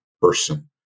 person